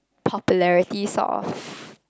popularities of